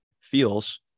feels